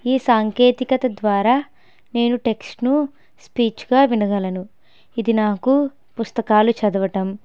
ఈ సాంకేతికత ద్వారా నేను టెక్స్ట్ను స్పీచ్గా వినగలను ఇది నాకు పుస్తకాలు చదవటం